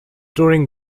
during